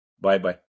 Bye-bye